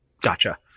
gotcha